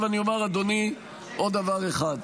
אומר, אדוני, עוד דבר אחד.